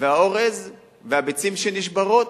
והאורז והביצים שנשברות,